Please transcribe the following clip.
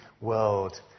world